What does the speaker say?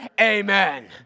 Amen